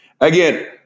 Again